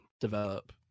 develop